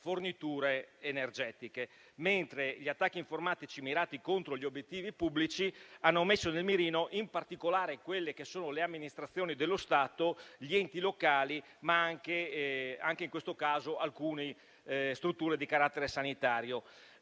forniture energetiche. Gli attacchi informatici mirati contro gli obiettivi pubblici hanno messo nel mirino in particolare le amministrazioni dello Stato, gli enti locali e - anche in questo caso - alcune strutture di carattere sanitario.